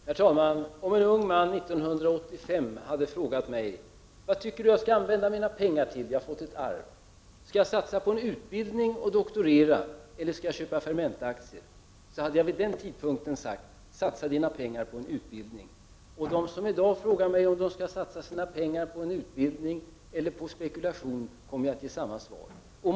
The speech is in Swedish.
Herr talman! Om en ung man år 1985 hade frågat mig vad jag tyckte att han skall göra med sina pengar som han hade fått ärva, om han skulle satsa på en utbildning och doktorera eller köpa Fermentaaktier, hade jag sagt att han skulle satsa sina pengar på en utbildning. Den som i dag frågar mig om de skall satsa sina pengar på en utbildning eller på spekulation kommer jag att ge samma svar.